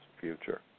future